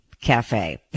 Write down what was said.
Cafe